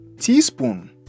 teaspoon